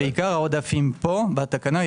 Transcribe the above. שעיקר העודפים פה בתקנה,